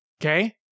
Okay